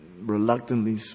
reluctantly